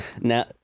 Now